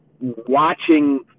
watching